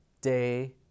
day